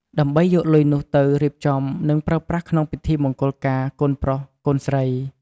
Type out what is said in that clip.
ដើម្បីយកលុយនោះទៅ រៀបចំ និងប្រើប្រាស់ក្នុងពិធីមង្គលការកូនប្រុស កូនស្រី។